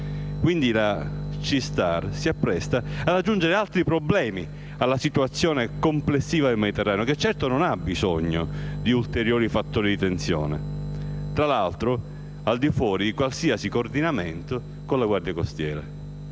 Quindi la C-Star si appresta ad aggiungere altri problemi alla situazione complessiva nel Mediterraneo, che certo non ha bisogno di ulteriori fattori di tensione, tra l'altro al di fuori di qualsiasi coordinamento con la Guardia costiera.